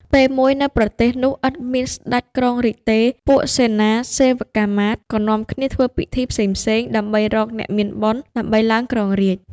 ពេលមួយនៅប្រទេសនោះឥតមានស្ដេចគ្រងរាជ្យទេ ពួកសេនាសេវកាមាត្រ ក៏នាំគ្នាធ្វើពិធីផ្សេងៗ ដើម្បីរកអ្នកមានបុណ្យ ដើម្បីឡើងគ្រងរាជ្យ។